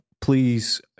Please